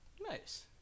nice